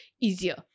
Easier